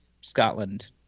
Scotland